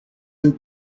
une